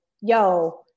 yo